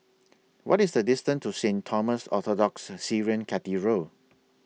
What IS The distance to Saint Thomas Orthodox Syrian Cathedral